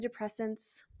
antidepressants